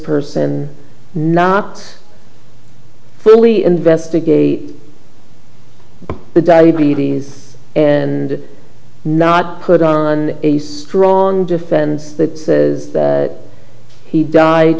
person not fully investigate the diabetes and not put on a strong defense that says that he died